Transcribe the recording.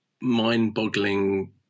mind-boggling